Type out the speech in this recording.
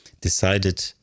decided